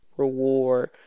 reward